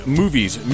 movies